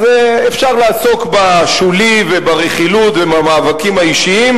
אז אפשר לעסוק בשולי וברכילות ובמאבקים האישיים,